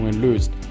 löst